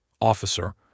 Officer